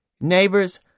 Neighbors